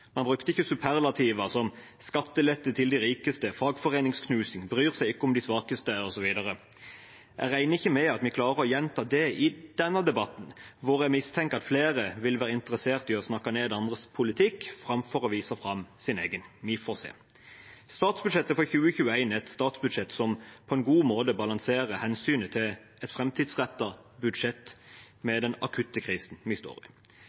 Man brukte ikke superlativer som skattelette til de rikeste, fagforeningsknusing, bryr seg ikke om de svakeste osv. Jeg regner ikke med at vi klarer å gjenta det i denne debatten, hvor jeg mistenker at flere vil være interessert i å snakke ned andres politikk framfor å vise fram sin egen. Vi får se. Statsbudsjettet for 2021 er et statsbudsjett som på en god måte balanserer hensynet til et framtidsrettet budsjett med den akutte krisen